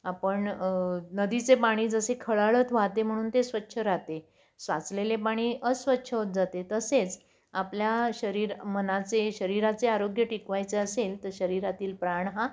आपण नदीचे पाणी जसे खळाळत वाहते म्हणून ते स्वच्छ राहते साचलेले पाणी अस्वच्छ होत जाते तसेच आपल्या शरीर मनाचे शरीराचे आरोग्य टिकवायचे असेल तर शरीरातील प्राण हा